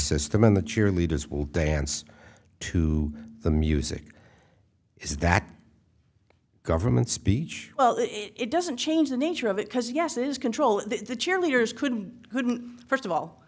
system in the cheerleaders will dance to the music is that government speech well it doesn't change the nature of it because yes is control the cheerleaders couldn't couldn't first of all